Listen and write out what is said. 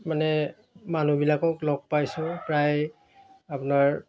মানে মানুহবিলাকক লগ পাইছোঁ প্ৰায় আপোনাৰ